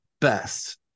best